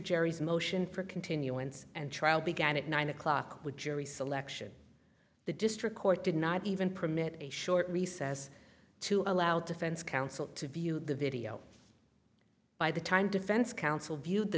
jerry's motion for continuance and trial began at nine o'clock with jury selection the district court did not even permit a short recess to allow defense counsel to view the video by the time defense counsel viewed the